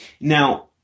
Now